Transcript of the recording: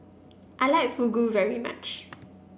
I like Fugu very much